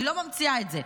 אני לא ממציאה את זה.